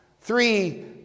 Three